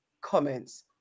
comments